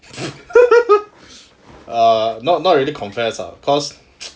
err not not really to confess lah cause